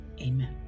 Amen